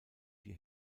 die